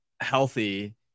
healthy